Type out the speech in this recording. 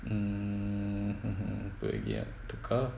mm apa lagi ah tukar